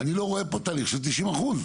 אני לא רואה פה תהליך של 90 אחוזים.